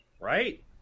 Right